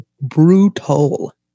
brutal